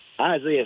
Isaiah